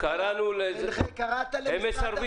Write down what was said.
קראת למשרד הבריאות.